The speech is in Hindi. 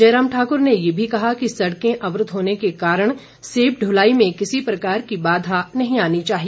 जयराम ठाक्र ने ये भी कहा कि सड़कें अवरूद्ध होने के कारण सेब दुलाई में किसी प्रकार की बाधा नहीं आनी चाहिए